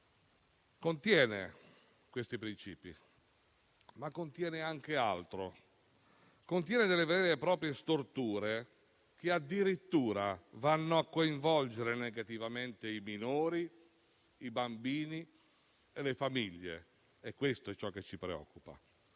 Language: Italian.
contiene questi principi, ma anche altro, come vere e proprie storture, che addirittura vanno a coinvolgere negativamente i minori, i bambini e le famiglie: questo è ciò che ci preoccupa.